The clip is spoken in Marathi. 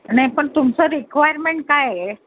नाही पण तुमचं रिक्वायरमेंट काय आहे